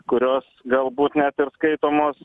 kurios galbūt net ir skaitomos